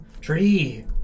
Tree